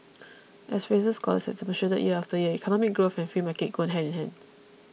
as Fraser scholars have demonstrated year after year economic growth and free markets go hand in hand